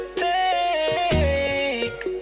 take